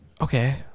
okay